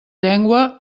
llengua